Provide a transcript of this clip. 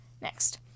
next